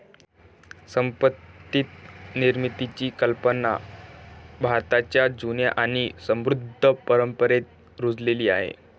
संपत्ती निर्मितीची कल्पना भारताच्या जुन्या आणि समृद्ध परंपरेत रुजलेली आहे